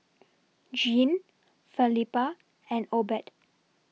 Gene Felipa and Obed